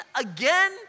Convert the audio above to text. again